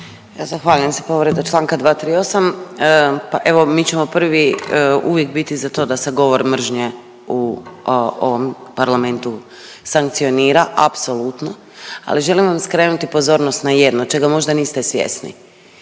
Zahvaljujem se. Povreda članka 238. Pa evo mi ćemo prvi uvijek biti za to da se govor mržnje u ovom Parlamentu sankcionira, apsolutno. Ali želim vam skrenuti pozornost na jedno čega možda niste svjesni.